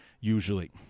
usually